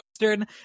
Western